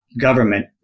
government